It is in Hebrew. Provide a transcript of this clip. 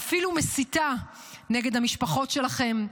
ואפילו מסיתה נגד המשפחות שלכם,